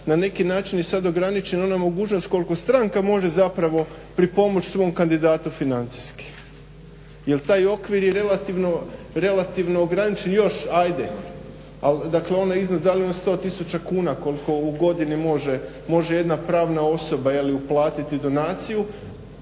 na neki način je sad ograničena ona mogućnost koliko stranka može zapravo pripomoći svom kandidatu financijski. Jer taj okvir je relativno ograničen još ajde, ali dakle onaj iznos da li na 100 tisuća kuna koliko u godini može jedna pravna osoba uplatiti donaciju